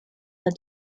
led